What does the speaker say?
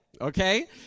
Okay